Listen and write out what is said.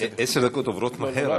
עשר דקות עוברות מהר,